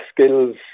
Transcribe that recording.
skills